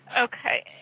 Okay